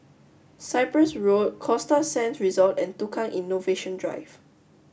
Cyprus Road Costa Sands Resort and Tukang Innovation Drive